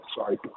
sorry